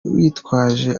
witwaje